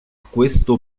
questo